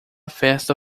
festa